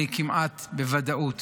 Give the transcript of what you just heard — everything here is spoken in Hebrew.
כמעט בוודאות